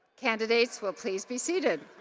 candidates will please be seated.